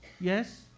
Yes